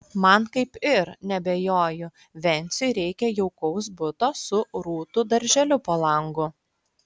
man kaip ir neabejoju venciui reikia jaukaus buto su rūtų darželiu po langu